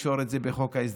אל תקשרו את זה בחוק ההסדרים.